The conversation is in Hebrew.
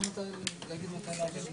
אנחנו יודעים שאצל קשישים בני 65 ומעלה,